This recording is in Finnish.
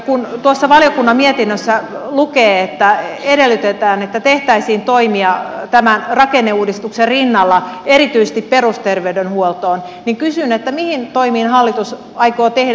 kun tuossa valiokunnan mietinnössä lukee että edellytetään että tehtäisiin toimia tämän rakenneuudistuksen rinnalla erityisesti perusterveydenhuoltoon niin kysyn mitä toimia hallitus aikoo tehdä